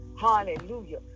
Hallelujah